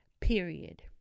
period